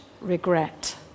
regret